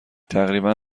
تقریبا